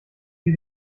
sie